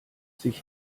sich